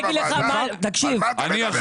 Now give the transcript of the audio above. אם אתה מבקש,